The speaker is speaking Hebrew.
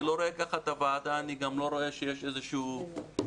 אני לא רואה כך את הוועדה ואני גם לא רואה שיש איזשהו ויכוח.